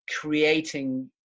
creating